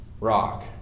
Rock